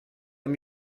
let